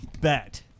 bet